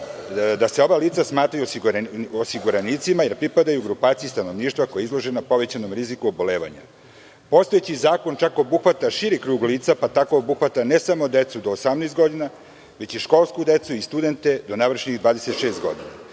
da se ova lica smatraju osiguranicima jer pripadaju grupaciji stanovništva koje je izloženo povećanom riziku obolevanja. Postojeći zakon čak obuhvata širi krug lica, pa tako obuhvata ne samo decu do 18 godina, već i školsku decu i studente do navršenih 26. godina.